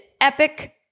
epic